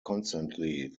constantly